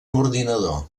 ordinador